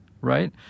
right